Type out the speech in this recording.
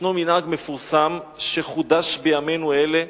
ישנו מנהג מפורסם שחודש בימינו אלה,